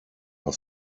are